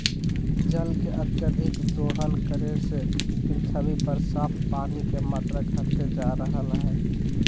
जल के अत्यधिक दोहन करे से पृथ्वी पर साफ पानी के मात्रा घटते जा रहलय हें